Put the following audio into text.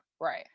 Right